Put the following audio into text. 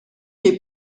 les